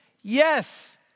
yes